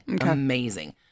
Amazing